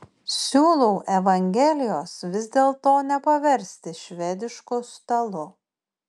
siūlau evangelijos vis dėlto nepaversti švedišku stalu